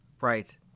Right